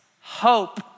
hope